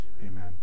Amen